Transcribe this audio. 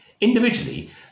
Individually